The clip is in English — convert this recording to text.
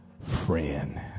friend